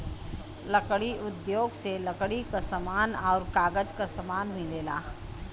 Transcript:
लकड़ी उद्योग से लकड़ी क समान आउर कागज क समान मिलेला